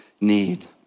need